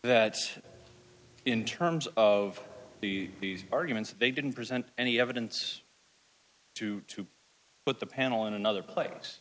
that in terms of the arguments they didn't present any evidence to to put the panel in another place